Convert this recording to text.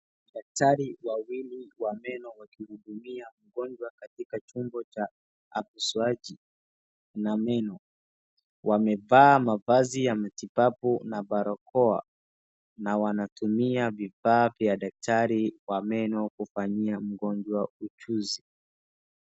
Daktari wawili wa meno wakihudumia mgonjwa katika chombo cha apasuaji na meno. Wamevaa mavazi ya matibabu na barakoa, na wanatumia vifaa vya daktari wa meno kufanyia mgonjwa ujuzi.